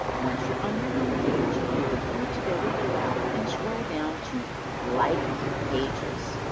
once you're on your home page, you're going to go to the left and scroll down to like pages.